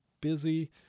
busy